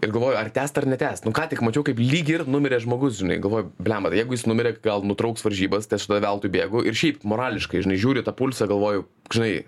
ir galvoju ar tęst ar netęst nu ką tik mačiau kaip lyg ir numirė žmogus žinai galvoju bliamba jeigu jis numirė gal nutrauks varžybas tai aš tada veltui bėgu ir šiaip morališkai žinai žiūriu į tą pulsą galvoju žinai